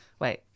wait